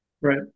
right